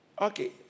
Okay